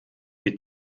die